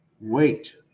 wait